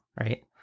right